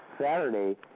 Saturday